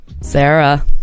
Sarah